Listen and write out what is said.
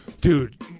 Dude